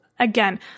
Again